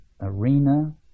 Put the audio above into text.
arena